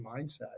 mindset